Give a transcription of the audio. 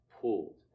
pulled